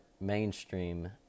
mainstream